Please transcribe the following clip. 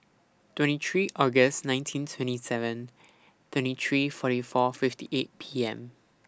twenty three August nineteen twenty seven twenty three forty four fifty eight P M